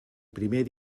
primer